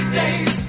days